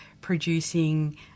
producing